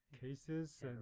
cases